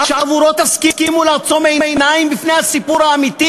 שבעבורו תסכימו לעצום עיניים בפני הסיפור האמיתי